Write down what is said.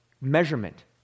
measurement